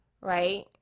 Right